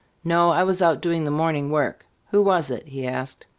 no. i was out doing the morning work. who was it? he asked.